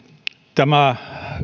tämä